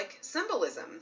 symbolism